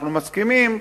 אנחנו מסכימים,